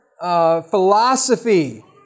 Philosophy